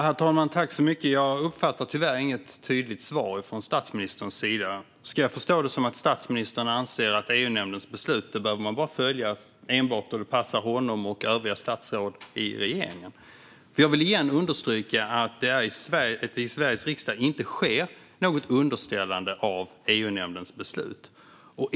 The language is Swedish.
Herr talman! Jag uppfattade tyvärr inget tydligt svar från statsministerns sida. Ska jag förstå det som att statsministern anser att man enbart behöver följa EU-nämndens beslut när det passar honom och övriga statsråd i regeringen? Jag vill igen understryka att det i Sveriges riksdag inte sker något underställande av EU-nämndens beslut.